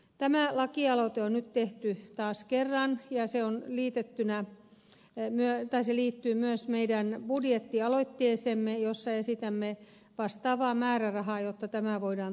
tämä lakialoite on nyt tehty taas kerran ja se liittyy myös meidän budjettialoitteeseemme jossa esitämme vastaavaa määrärahaa jotta lakialoite voidaan toteuttaa